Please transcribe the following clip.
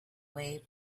way